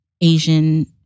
Asian